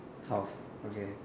house okay